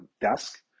desk